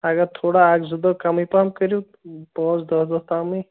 اگر تھوڑا اَکھ زٕ دۄہ کَمٕے پَہم کٔرِو پانٛژھ دَہ دۄہ تامٕے